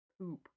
poop